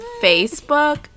Facebook